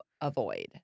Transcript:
avoid